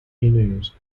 inuit